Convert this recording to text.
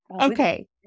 Okay